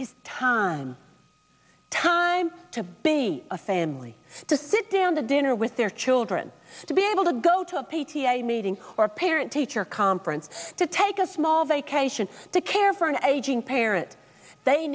is time time to be a family to sit down to dinner with their children to be able to go to a p t a meeting or a parent teacher conference to take a small vacation to care for an aging parent they